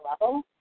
level